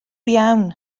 iawn